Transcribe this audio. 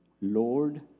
Lord